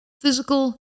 physical